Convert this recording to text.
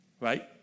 Right